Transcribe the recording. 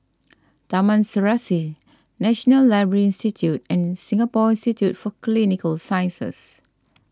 Taman Serasi National Library Institute and Singapore Institute for Clinical Sciences